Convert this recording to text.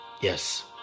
Yes